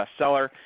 bestseller